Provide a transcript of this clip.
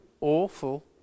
awful